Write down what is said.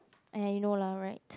!aiya! you know lah right